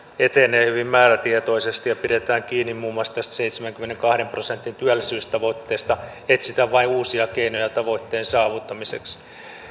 etenee hyvin määrätietoisesti ja pidetään kiinni muun muassa tästä seitsemänkymmenenkahden prosentin työllisyystavoitteesta ja etsitään vain uusia keinoja tavoitteen saavuttamiseksi